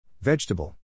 Vegetable